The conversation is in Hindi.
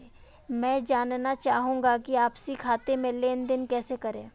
मैं जानना चाहूँगा कि आपसी खाते में लेनदेन कैसे करें?